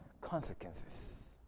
consequences